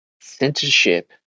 censorship